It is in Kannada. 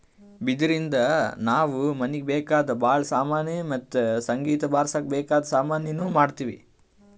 ಬಿದಿರಿನ್ದ ನಾವ್ ಮನೀಗ್ ಬೇಕಾದ್ ಭಾಳ್ ಸಾಮಾನಿ ಮತ್ತ್ ಸಂಗೀತ್ ಬಾರ್ಸಕ್ ಬೇಕಾದ್ ಸಾಮಾನಿನೂ ಮಾಡ್ತೀವಿ